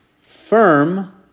firm